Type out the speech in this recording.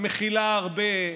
המכילה הרבה,